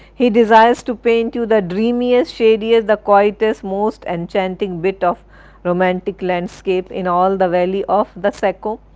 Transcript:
he desires to paint you the dreamiest, shadiest, the quietest, most enchanting bit of romantic landscape in all the valley of the saco.